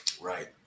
Right